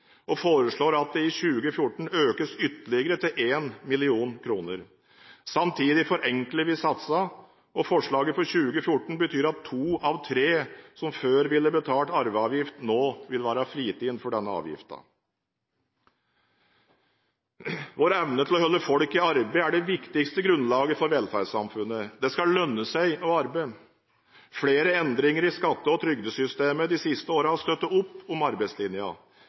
og foreslår at det i 2014 økes ytterligere, til 1 mill. kr. Samtidig forenkler vi satsene. Forslaget for 2014 betyr at to av tre som før ville betalt arveavgift, nå vil være fritatt for denne avgiften. Vår evne til å holde folk i arbeid er det viktigste grunnlaget for velferdssamfunnet. Det skal lønne seg å arbeide. Flere endringer i skatte- og trygdesystemet de siste årene har støttet opp om arbeidslinja.